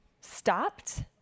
stopped